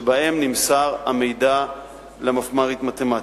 והמידע בהם נמסר למפמ"רית מתמטיקה.